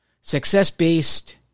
Success-based